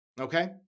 okay